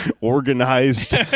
organized